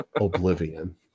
Oblivion